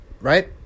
right